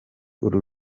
uru